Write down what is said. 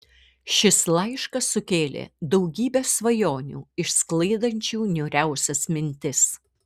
šis laiškas sukėlė daugybę svajonių išsklaidančių niūriausias mintis